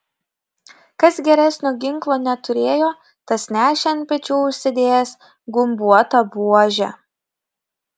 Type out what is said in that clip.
kas geresnio ginklo neturėjo tas nešė ant pečių užsidėjęs gumbuotą buožę